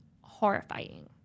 horrifying